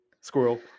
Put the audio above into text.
squirrel